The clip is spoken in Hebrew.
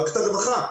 מערכת הרווחה,